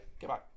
Goodbye